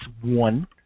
one